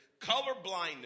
Colorblindness